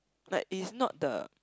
like it's not the